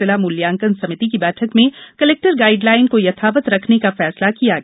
जिला मूल्यांकन समिति की बैठक में कलेक्टर गाइडलाइन को यथावत रखने का फैसला किया गया